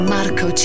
Marco